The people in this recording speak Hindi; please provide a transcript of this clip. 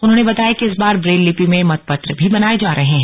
उन्होंने बताया कि इस बार ब्रेल लिपि में मतपत्र भी बनाये जा रहे है